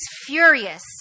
furious